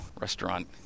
restaurant